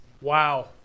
Wow